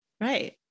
right